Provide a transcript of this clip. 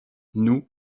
nous